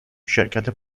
شرکت